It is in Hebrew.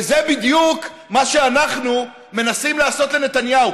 וזה בדיוק מה שאנחנו מנסים לעשות לנתניהו,